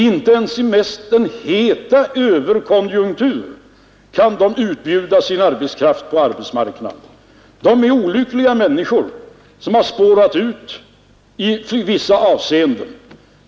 Inte ens i den hetaste överkonjunktur kan de utbjuda sin arbetskraft på arbetsmarknaden. Det är olyckliga människor som har besvärligheter, i vissa avseenden.